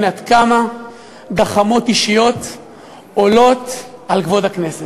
עד כמה גחמות אישיות עולות על כבוד הכנסת.